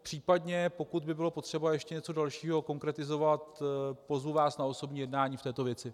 Případně pokud by bylo potřeba ještě něco dalšího konkretizovat, pozvu vás na osobní jednání v této věci.